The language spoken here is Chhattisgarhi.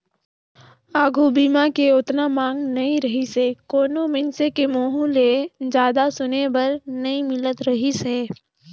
आघू बीमा के ओतना मांग नइ रहीसे कोनो मइनसे के मुंहूँ ले जादा सुने बर नई मिलत रहीस हे